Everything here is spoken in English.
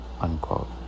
unquote